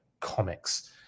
comics